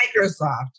Microsoft